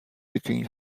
between